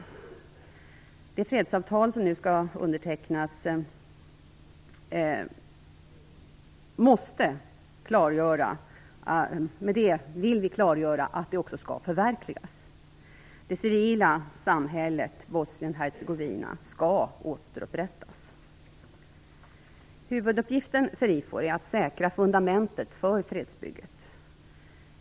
Med det fredsavtal som nu undertecknats vill vi klargöra att det också skall förverkligas, det civila samhället i Bosnien Huvuduppgiften för IFOR är att säkra fundamentet för fredsbygget.